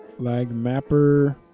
Lagmapper